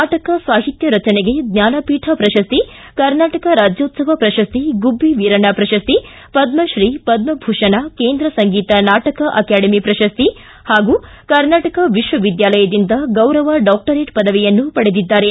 ನಾಟಕ ಸಾಹಿತ್ಯ ರಚನೆಗೆ ಜ್ಞಾನಪೀಠ ಪ್ರಶಸ್ತಿ ಕರ್ನಾಟಕ ರಾಜ್ಯೋತ್ಸವ ಪ್ರಶಸ್ತಿ ಗುಬ್ಬಿ ವೀರಣ್ಣ ಪ್ರಶಸ್ತಿ ಪದ್ಮಶ್ರೀ ಪದ್ಮಭೂಷಣ ಕೇಂದ್ರ ಸಂಗೀತ ನಾಟಕ ಅಕಾಡೆಮಿ ಪ್ರಶಸ್ತಿ ಹಾಗೂ ಕರ್ನಾಟಕ ವಿಶ್ವವಿದ್ಯಾಲಯದಿಂದ ಗೌರವ ಡಾಕ್ಟರೇಟ್ ಪದವಿಯನ್ನು ಪಡೆದಿದ್ದಾರೆ